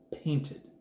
painted